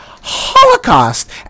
holocaust